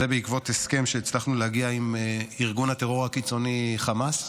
בעקבות הסכם שהצלחנו להגיע אליו עם ארגון הטרור הקיצוני חמאס,